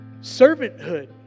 servanthood